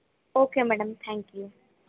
okay madam thank you